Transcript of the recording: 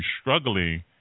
struggling